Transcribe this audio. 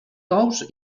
tous